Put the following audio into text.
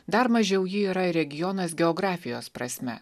dar mažiau ji yra regionas geografijos prasme